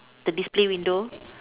the display window